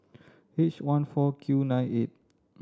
H one four Q nine eight